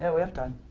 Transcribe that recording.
and we have time.